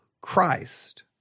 Christ